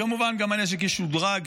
כמובן, גם הנשק ישודרג.